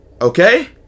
Okay